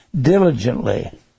diligently